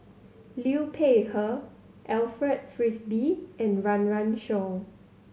Liu Peihe Alfred Frisby and Run Run Shaw